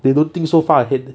they don't think so far ahead